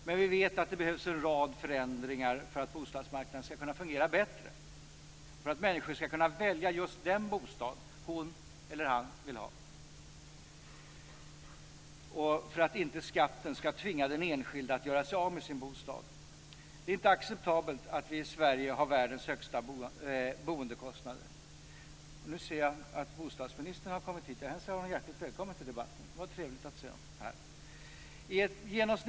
Men vi vet att det behövs en rad förändringar för att bostadsmarknaden skall fungera bättre, för att en människa skall kunna välja just den bostad hon eller han vill ha och för att inte skatten skall tvinga den enskilde att göra sig av med sin bostad. Det är inte acceptabelt att vi i Sverige har världens högsta boendekostnader. Nu ser jag att bostadsministern har kommit hit till kammaren. Jag hälsar honom hjärtligt välkommen till debatten. Det är trevligt att se honom här.